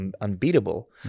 unbeatable